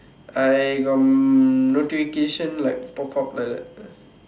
I got notification like pop up like that ah